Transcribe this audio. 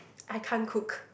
I can't cook